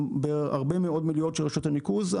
בהרבה מאוד מליאות של רשות הניקוז,